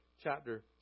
chapter